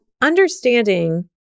understanding